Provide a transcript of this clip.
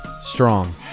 strong